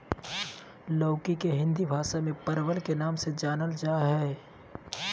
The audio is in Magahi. लौकी के हिंदी भाषा में परवल के नाम से जानल जाय हइ